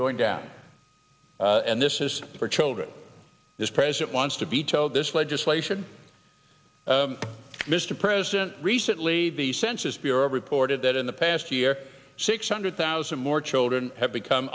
going down and this is for children this president wants to be told this legislation mr president recently the census bureau reported that in the past year six hundred thousand more children have become